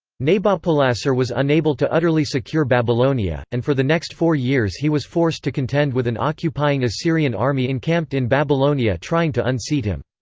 nabopolassar was unable to utterly secure babylonia, and for the next four years he was forced to contend with an occupying assyrian army encamped in babylonia trying to unseat him.